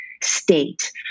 state